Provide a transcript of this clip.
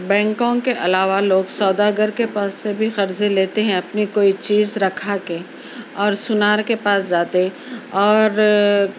بینکوں کے علاوہ لوگ سودا گر کے پاس سے بھی قرضے لیتے ہیں اپنی کوئی چیز رکھا کے اور سُنار کے پاس جاتے اور